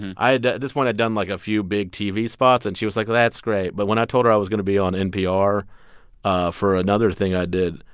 and i had at this point, i'd done, like, a few big tv spots. and she was like, well, that's great. but when i told her i was going to be on npr ah for another thing i did,